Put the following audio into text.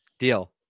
Deal